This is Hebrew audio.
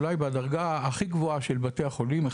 אולי בדרגה הכי גבוהה של בתי החולים ,